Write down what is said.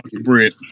bread